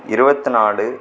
இருவத்திநாலு